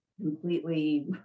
completely